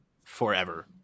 forever